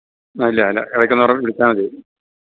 ആ ഇല്ല അല്ല ഇടയ്ക്കൊന്ന് വിളിച്ചാല് മതി